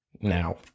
now